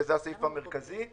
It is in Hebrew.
שזה הסעיף המרכזי,